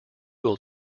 will